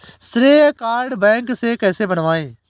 श्रेय card bank से कैसे बनवाएं?